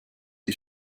die